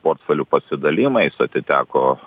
portfelių pasidalijimais atiteko